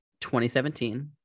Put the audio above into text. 2017